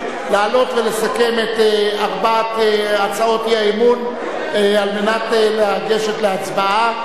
לעלות ולסכם את ארבע הצעות אי-האמון על מנת לגשת להצבעה.